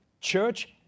church